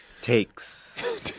Takes